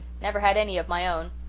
never had any of my own.